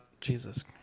Jesus